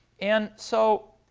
and so